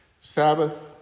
Sabbath